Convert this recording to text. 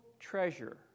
treasure